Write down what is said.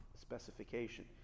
Specification